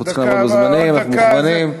חלוקת הזמן הסיעתית מתבצעת לפני, זה התקנון.